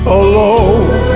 alone